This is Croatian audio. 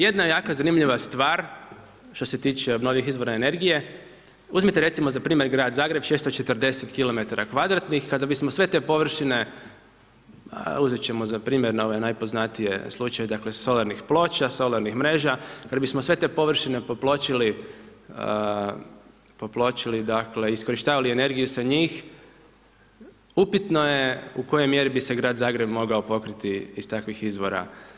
Jedna jako zanimljiva stvar što se tiče obnovljivih izvora energije, uzmite recimo za primjer grad Zagreb, 640 kilometara kvadratnih, kada bismo sve te površine, uzet ćemo za primjer ovaj najpoznatiji slučaj solarnih ploča, solarnih mreža, kada bismo sve te površine popločili, iskorištavali energiju sa njih, upitno je u kojoj mjeri bi se grad Zagreb mogao pokriti iz takvih izvora.